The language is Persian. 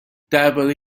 درباره